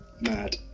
mad